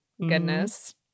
Goodness